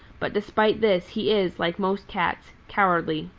but despite this he is, like most cats, cowardly.